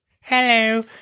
hello